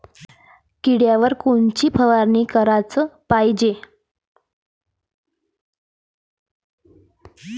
किड्याइवर कोनची फवारनी कराच पायजे?